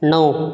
णव